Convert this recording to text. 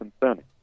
concerning